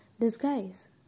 disguise